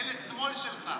אלה שמאל שלך.